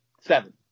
seven